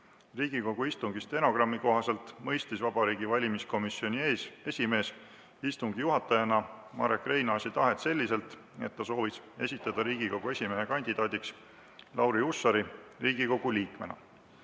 Riigikogu istungi stenogrammi kohaselt mõistis Vabariigi Valimiskomisjoni esimees istungi juhatajana Marek Reinaasi tahet selliselt, et ta soovis esitada Riigikogu esimehe kandidaadiks Lauri Hussari Riigikogu liikmena.